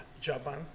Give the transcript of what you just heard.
Japan